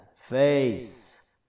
face